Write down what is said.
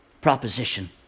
proposition